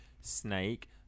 snake